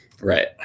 Right